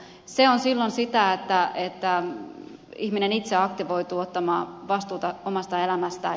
se on silloin sitä että ihminen itse aktivoituu ottamaan vastuuta omasta elämästään